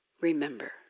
remember